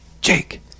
Jake